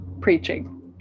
preaching